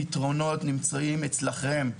הפתרונות נמצאים אצלכם,